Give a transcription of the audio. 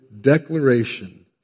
declaration